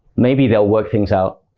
maybe they'll work things out.